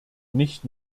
nicht